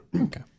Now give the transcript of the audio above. Okay